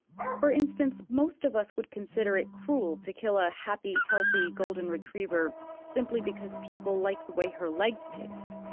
ah for instance, most of us would consider it cruel to kill a happy, healthy golden retriever simply because people like the way her legs taste,